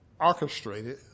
orchestrated